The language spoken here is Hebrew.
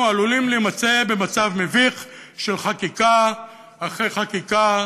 אנחנו עלולים להימצא במצב מביך של חקיקה אחרי חקיקה